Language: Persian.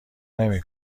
نمی